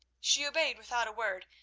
she obeyed without a word,